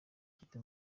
ikipe